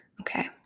Okay